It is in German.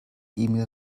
emil